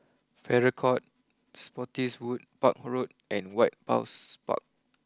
Farrer court Spottiswoode Park Road and White house Park